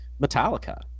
Metallica